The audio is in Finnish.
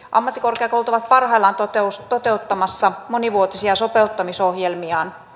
ammattikorkeakoulut ovat parhaillaan toteuttamassa monivuotisia sopeuttamisohjelmiaan